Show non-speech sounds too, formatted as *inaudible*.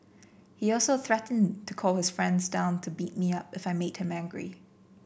he also threatened to call his friends down to beat me up if I *unintelligible* him angry